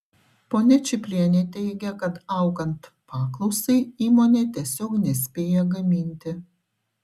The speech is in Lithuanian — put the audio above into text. ponia čiplienė teigia kad augant paklausai įmonė tiesiog nespėja gaminti